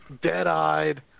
dead-eyed